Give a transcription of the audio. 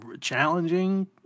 challenging